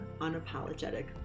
unapologetic